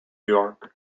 york